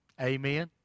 Amen